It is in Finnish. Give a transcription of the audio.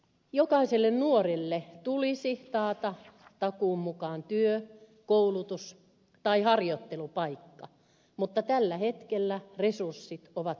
jokaiselle nuorelle tulisi taata takuun mukaan työ koulutus tai harjoittelupaikka mutta tällä hetkellä resurssit ovat vajavaiset